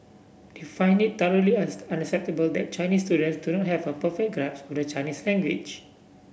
they find it thoroughly unacceptable that Chinese students do not have a perfect grasp to the Chinese language